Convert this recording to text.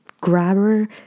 Grabber